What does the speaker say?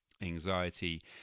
anxiety